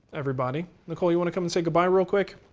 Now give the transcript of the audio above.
everybody. nicole, you want to come and say goodbye real quick?